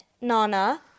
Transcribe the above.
Nana